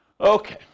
Okay